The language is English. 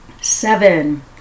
Seven